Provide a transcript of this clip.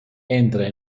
entra